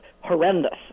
horrendous